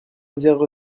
zéro